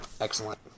Excellent